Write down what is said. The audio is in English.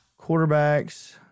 Quarterbacks